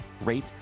rate